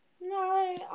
No